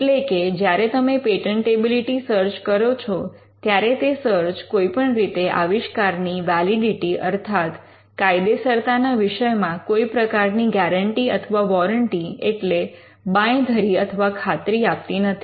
એટલે કે જ્યારે તમે પેટન્ટેબિલિટી સર્ચ કરો છો ત્યારે તે સર્ચ કોઈપણ રીતે આવિષ્કારની વૅલિડિટિ અર્થાત કાયદેસરતાના વિષયમાં કોઈ પ્રકારની ગૅરન્ટી અથવા વૉરંટી એટલે બાંયધરી અથવા ખાતરી આપતી નથી